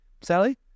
Sally